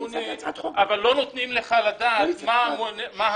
אבל לא נותנים לך לדעת מה המונה,